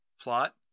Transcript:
plot